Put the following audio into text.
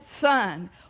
son